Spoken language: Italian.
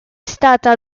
stata